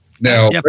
Now